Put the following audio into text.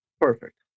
Perfect